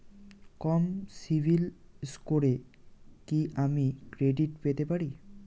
কম সিবিল স্কোরে কি আমি ক্রেডিট পেতে পারি?